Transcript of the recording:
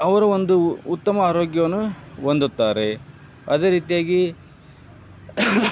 ಅವರು ಒಂದು ಉತ್ತಮ ಆರೋಗ್ಯವನ್ನು ಹೊಂದುತ್ತಾರೆ ಅದೇ ರೀತಿಯಾಗಿ